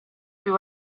più